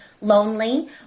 lonely